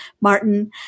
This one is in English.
Martin